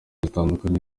zitandukanye